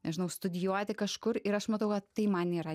nežinau studijuoti kažkur ir aš matau kad tai man yra